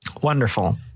Wonderful